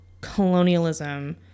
colonialism